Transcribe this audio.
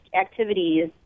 activities